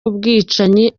ubwicanyi